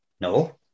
No